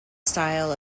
style